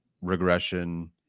regression